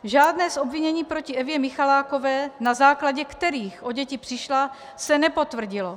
Žádné z obvinění proti Evě Michalákové, na základě kterých o děti přišla, se nepotvrdilo.